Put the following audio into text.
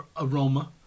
aroma